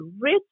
rich